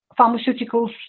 pharmaceuticals